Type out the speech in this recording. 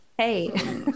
Hey